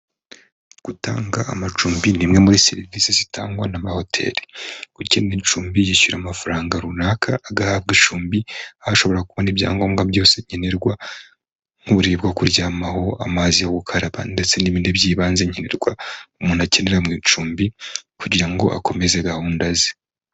Gutanga amacumbi ni imwe muri serivisi zitangwa n'amahoteri, ukeneye icumbi yishyura amafaranga runaka agahabwa icumbi aho ashobora kubona ibyangombwa byose nkenerwa nk'uburiri bwo kuryamaho, amazi yo gukaraba, ndetse n'ibindi by'ibanze nkenerwa umuntu akenera mu icumbi kugira ngo akomeze gahunda ze.